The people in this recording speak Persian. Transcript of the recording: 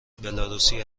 بلاروسی